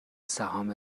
سهام